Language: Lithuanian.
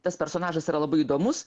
tas personažas yra labai įdomus